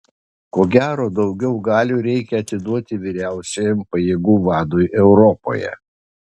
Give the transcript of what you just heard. ko gero daugiau galių reikia atiduoti vyriausiajam pajėgų vadui europoje